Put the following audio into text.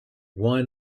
why